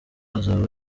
azaba